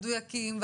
מדויקים,